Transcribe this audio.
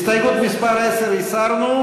הסתייגות מס' 10 הסרנו,